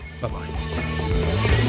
Bye-bye